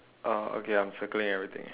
oh okay I'm circling everything